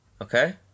Okay